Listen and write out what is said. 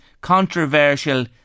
controversial